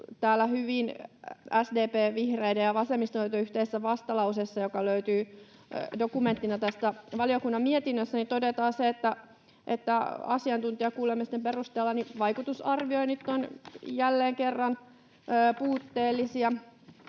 SDP:n, vihreiden ja vasemmistoliiton yhteisessä vastalauseessa, joka löytyy dokumenttina tästä valiokunnan mietinnöstä, todetaan se, että asiantuntijakuulemisten perusteella vaikutusarvioinnit ovat jälleen kerran puutteellisia,